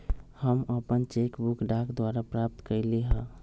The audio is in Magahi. हम अपन चेक बुक डाक द्वारा प्राप्त कईली ह